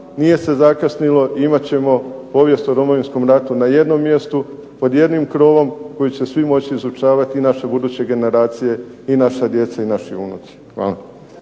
nije se zakasnilo i imat ćemo povijest o Domovinskom ratu na jednom mjestu, pod jednim krovom koji će svi moći izučavati naše buduće generacije, i naša djeca i naši unuci. Hvala.